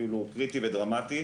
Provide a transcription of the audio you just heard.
אפילו קריטי ודרמתי,